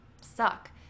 suck